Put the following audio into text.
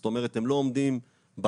זאת אומרת הם לא עומדים ברף.